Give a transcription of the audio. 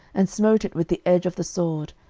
and smote it with the edge of the sword,